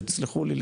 שתסלחו לי,